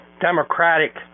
Democratic